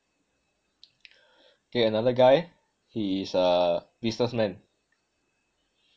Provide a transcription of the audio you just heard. k another guy he is a businessman